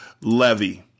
Levy